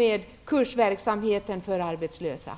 utveckla kursverksamheten för arbetslösa.